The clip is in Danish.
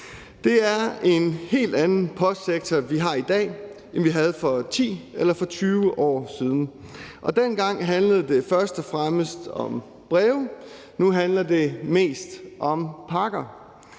Det er en helt anden postsektor, vi har i dag, end vi havde for 10 eller 20 år siden. Dengang handlede det først og fremmest om breve. Nu handler det mest om pakker.